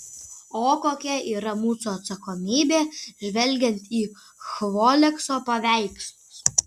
o kokia yra mūsų atsakomybė žvelgiant į chvoleso paveikslus